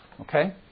Okay